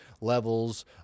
levels